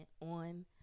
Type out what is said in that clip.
on